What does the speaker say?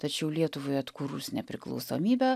tačiau lietuvai atkūrus nepriklausomybę